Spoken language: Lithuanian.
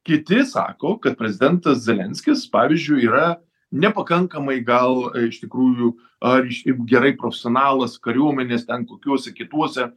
kiti sako kad prezidentas zelenskis pavyzdžiui yra nepakankamai gal iš tikrųjų ar šiaip gerai profesionalas kariuomenės ten kokiuose kituose